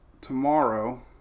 tomorrow